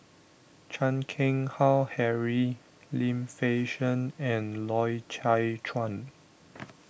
Chan Keng Howe Harry Lim Fei Shen and Loy Chye Chuan